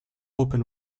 open